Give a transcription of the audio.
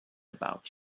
about